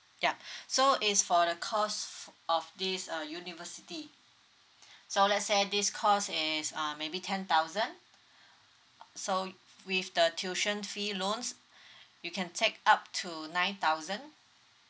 yup so is for the cost of this uh university so let's say this cost in is um maybe ten thousand so with the tuition fee loans you can take up to nine thousand